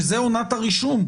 שזה עונת הרישום.